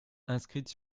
inscrite